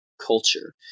culture